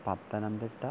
Pathanamthitta